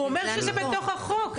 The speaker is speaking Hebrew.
הוא אומר שזה בתוך החוק,